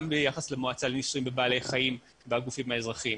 גם ביחס למועצה לניסויים בבעלי חיים בגופים האזרחיים,